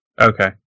Okay